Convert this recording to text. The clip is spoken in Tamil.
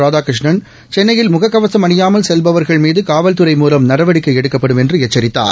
ராதாகிருஷ்ணன் சென்னையில் முகக்கவசும் அணியாமல் செவ்பவர்கள் மீது காவல்துறை மூலம் நடவடிக்கை எடுக்கப்படும் என்று எச்சரித்தார்